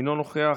אינו נוכח,